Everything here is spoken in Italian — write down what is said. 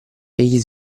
egli